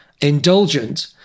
indulgent